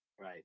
Right